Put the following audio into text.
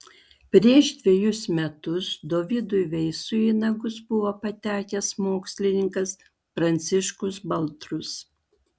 prieš dvejus metus dovydui veisui į nagus buvo patekęs mokslininkas pranciškus baltrus